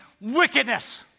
wickedness